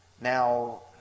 Now